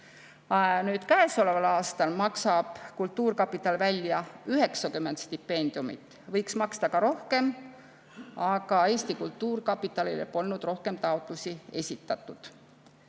Käesoleval aastal maksab kultuurkapital välja 90 stipendiumit. Võiks maksta ka rohkem, aga Eesti Kultuurkapitalile rohkem taotlusi ei esitatud.